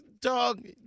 Dog